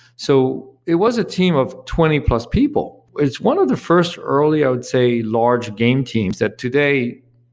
so it was a team of twenty plus people. it's one of the first early, i would say large game teams. that today,